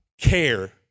care